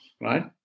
right